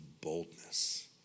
boldness